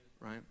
right